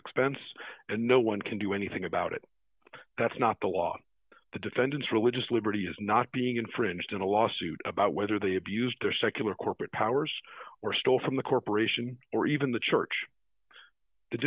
expense and no one can do anything about it that's not the law the defendant's religious liberty is not being infringed in a lawsuit about whether they abused their secular corporate powers or stole from the corporation or even the church the